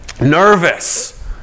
nervous